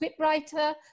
scriptwriter